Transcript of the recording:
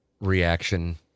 reaction